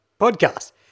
podcast